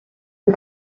the